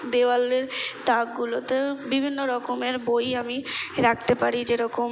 দেওয়ালের তাকগুলোতেও বিভিন্ন রকমের বই আমি রাখতে পারি যেরকম